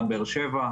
דן באר שבע,